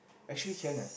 actually can leh